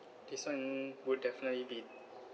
this [one] would definitely be